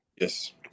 yes